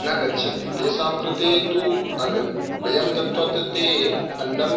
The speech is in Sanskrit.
न गच्छन्ति तेषां कृते तु व्ययं दत्वा ते अन्नं